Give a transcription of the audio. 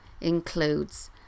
includes